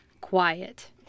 quiet